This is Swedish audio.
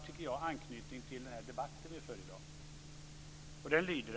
Den har anknytning till den debatt som vi för i dag.